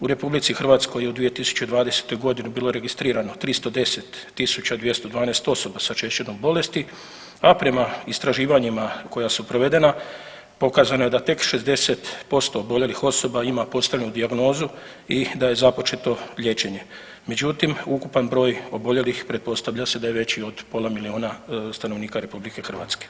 U RH je u 2020.g. bilo registrirano 310.212 osoba sa šećernom bolesti, a prema istraživanjima koja su provedena pokazano je da tek 60% oboljelih osoba ima postavljenu dijagnozu i da je započeto liječenje, međutim ukupan broj oboljelih pretpostavlja se da je veći od pola milijuna stanovnika RH.